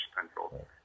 central